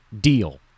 deal